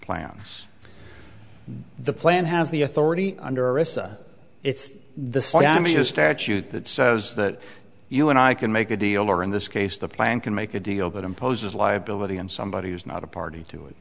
plans the plan has the authority under arista it's the slimy a statute that says that you and i can make a deal or in this case the plan can make a deal that imposes liability and somebody who's not a party to it